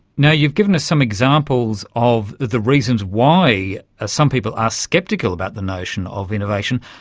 you know you've given us some examples of the reasons why ah some people are sceptical about the notion of innovation.